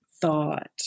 thought